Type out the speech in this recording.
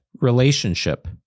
relationship